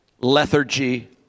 lethargy